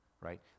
right